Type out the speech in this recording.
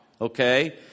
okay